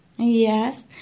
Yes